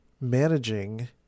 managing